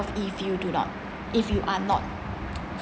if you do not if you are not